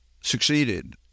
succeeded